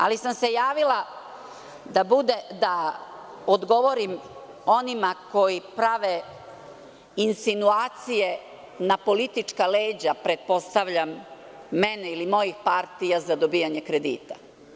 Ali sam se javila da odgovorim onima koji prave insinuacije na politička leđa, pretpostavljam, mene ili moje partije za dobijanje kredita.